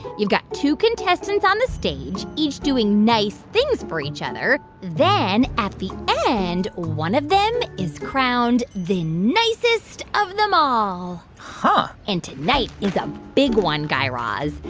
you've got two contestants on the stage, each doing nice things for each other. then at the end, one of them is crowned the nicest of them all huh and tonight is a big one, guy raz.